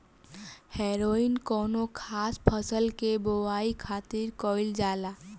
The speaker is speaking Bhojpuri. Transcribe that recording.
हैरोइन कौनो खास फसल के बोआई खातिर कईल जाला